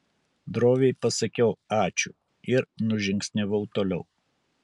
droviai pasakiau ačiū ir nužingsniavau toliau